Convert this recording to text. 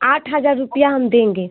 आठ हज़ार रुपया हम देंगे